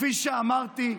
כפי שאמרתי,